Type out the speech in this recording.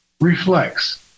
reflects